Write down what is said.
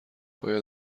باید